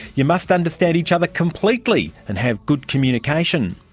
you must understand each other completely and have good communication.